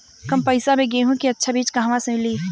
कम पैसा में गेहूं के अच्छा बिज कहवा से ली?